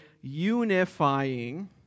unifying